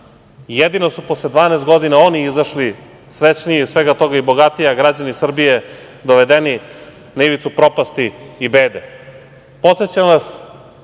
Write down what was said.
jedino su posle 12 godina oni izašli srećniji iz svega toga i bogatiji, a građani Srbije dovedeni na ivicu propasti i